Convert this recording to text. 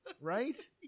Right